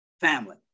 family